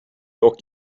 och